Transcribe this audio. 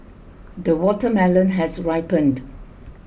the watermelon has ripened